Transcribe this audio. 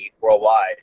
worldwide